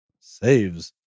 saves